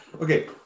okay